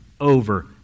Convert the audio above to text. over